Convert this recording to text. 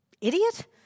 idiot